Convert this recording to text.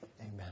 Amen